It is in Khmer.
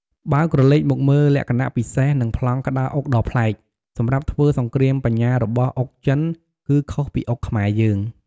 បើក្រឡេកមកមើលលក្ខណៈពិសេស និងប្លង់ក្តារអុកដ៏ប្លែក សម្រាប់ធ្វើសង្គ្រាមបញ្ញារបស់អុកចិនគឺខុសពីអុកខ្មែរយើង។